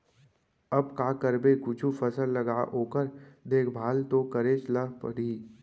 अब का करबे कुछु फसल लगा ओकर देखभाल तो करेच ल परही